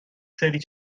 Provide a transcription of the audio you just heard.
سری